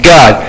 God